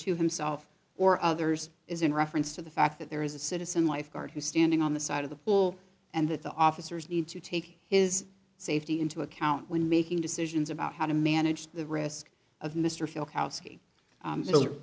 to himself or others is in reference to the fact that there is a citizen lifeguard who's standing on the side of the pool and that the officers need to take his safety into account when making decisions about how to manage the risk of mr